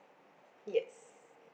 yes